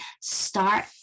start